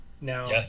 now